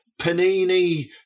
panini